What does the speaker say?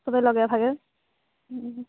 চবেই লগে ভাগে